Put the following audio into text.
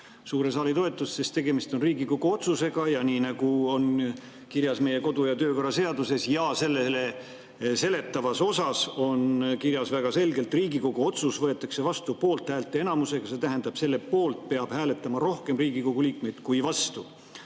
suure saali toetust. Tegemist on Riigikogu otsusega. Nagu on kirjas meie kodu- ja töökorra seaduses ja selle seletavas osas, siis Riigikogu otsus võetakse vastu poolthäälte enamusega. See tähendab, et selle poolt peab hääletama rohkem Riigikogu liikmeid kui vastu.